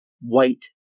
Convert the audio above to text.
White